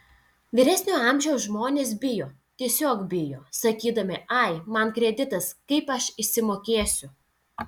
vyresnio amžiaus žmonės bijo tiesiog bijo sakydami ai man kreditas kaip aš išsimokėsiu